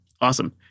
awesome